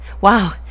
wow